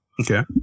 Okay